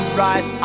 right